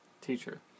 teacher